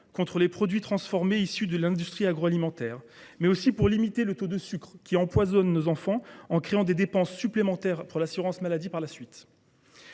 contre les produits transformés issus de l’industrie agroalimentaire, mais aussi visant à limiter le taux de sucre, qui empoissonne nos enfants et suscite des dépenses supplémentaires pour l’assurance maladie. Le groupe